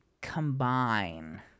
combine